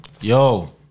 Yo